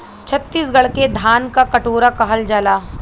छतीसगढ़ के धान क कटोरा कहल जाला